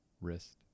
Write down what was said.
wrist